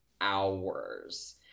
hours